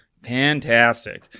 Fantastic